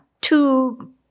two